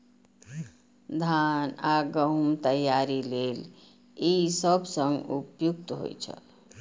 धान आ गहूम तैयारी लेल ई सबसं उपयुक्त होइ छै